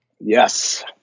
Yes